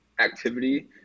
activity